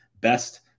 Best